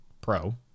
Pro